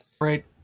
Right